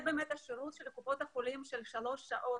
הכוונה לשירות של קופות החולים, של שלוש שעות.